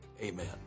amen